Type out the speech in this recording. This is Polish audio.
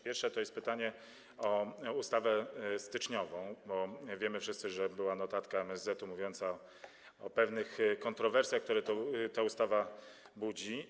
Pierwsze to jest pytanie o ustawę styczniową, bo wiemy wszyscy, że była notatka MSZ-etu mówiąca o pewnych kontrowersjach, które ta ustawa budzi.